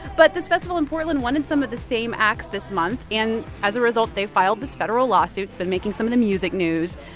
but this festival in portland wanted some of the same acts this month. and as a result, they filed this federal lawsuit. it's been making some of the music news.